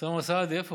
כשאתה אומר "להם", מה